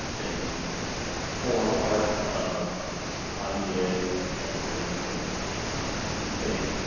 a core part of idea and the work that that the state